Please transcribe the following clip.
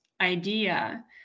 idea